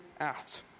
out